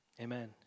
Amen